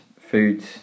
foods